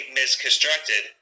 misconstructed